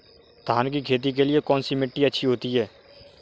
धान की खेती के लिए कौनसी मिट्टी अच्छी होती है?